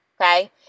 Okay